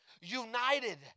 united